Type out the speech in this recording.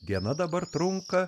diena dabar trunka